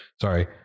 Sorry